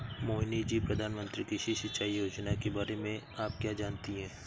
मोहिनी जी, प्रधानमंत्री कृषि सिंचाई योजना के बारे में आप क्या जानती हैं?